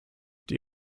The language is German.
die